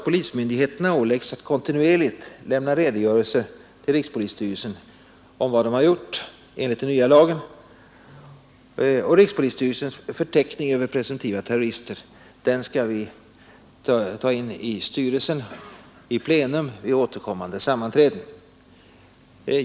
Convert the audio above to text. Polismyndigheterna skall åläggas att kontinuerligt lämna redogörelser till rikspolisstyrelsen om de åtgärder som har vidtagits enligt den nya lagen, och rikspolisstyrelsens förteckning över presumtiva terrorister skall regelbundet föreläggas styrelsen i plenum vid återkommande sammanträden.